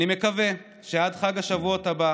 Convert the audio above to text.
אני מקווה שעד חג השבועות הבא,